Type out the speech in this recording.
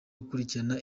gukurikirana